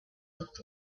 looked